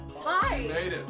Hi